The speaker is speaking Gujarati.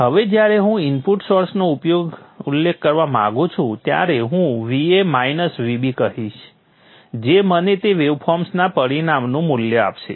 હવે જ્યારે હું ઇનપુટ સોર્સનો ઉલ્લેખ કરવા માંગુ છું ત્યારે હું Va માઇનસ Vb કહીશ જે મને તે વેવફોર્મના પરિણામનું વેલ્યુ આપશે